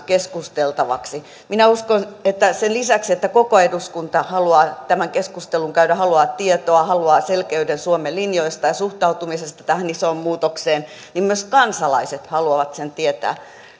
keskusteltavaksi minä uskon että sen lisäksi että koko eduskunta haluaa tämän keskustelun käydä haluaa tietoa haluaa selkeyden suomen linjoista ja suhtautumisesta tähän isoon muutokseen myös kansalaiset haluavat sen tietää